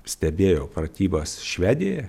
stebėjau pratybas švedijoje